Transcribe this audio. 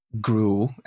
Grew